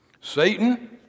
Satan